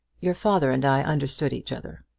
your father and i understood each other.